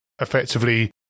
effectively